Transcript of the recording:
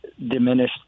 diminish